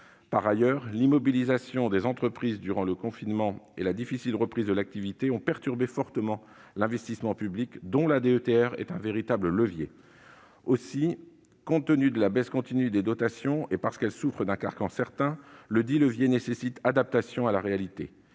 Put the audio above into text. Par ailleurs, l'immobilisation des entreprises durant le confinement et la difficile reprise de l'activité ont perturbé fortement l'investissement public, dont la DETR est un véritable levier. Aussi, compte tenu de la baisse continue des dotations, et parce qu'elle souffre d'un carcan certain, la DETR nécessite une adaptation à la réalité.